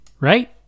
Right